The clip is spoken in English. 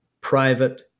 private